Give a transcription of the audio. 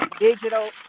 digital